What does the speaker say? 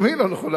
גם היא לא נכונה,